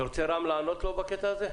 רם, אתה רוצה לענות לו בקטע הזה?